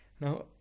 Now